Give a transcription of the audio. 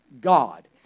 God